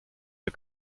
der